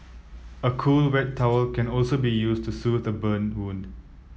a cool wet towel can also be used to soothe burn wound